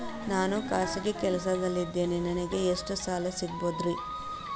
ನಾನು ಖಾಸಗಿ ಕೆಲಸದಲ್ಲಿದ್ದೇನೆ ನನಗೆ ಎಷ್ಟು ಸಾಲ ಸಿಗಬಹುದ್ರಿ?